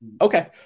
Okay